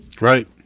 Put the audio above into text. right